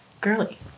girly